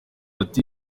ati